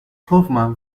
hofmann